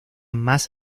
más